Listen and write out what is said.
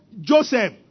Joseph